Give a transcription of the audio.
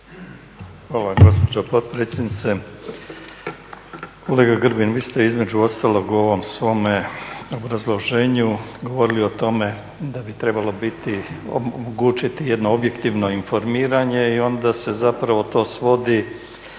Hvala gospođo potpredsjednice. Kolega Grbin, vi ste između ostalog u ovom svome obrazloženju govorili o tome da bi trebalo biti omogućiti jedno objektivno informiranje i onda se zapravo to svodi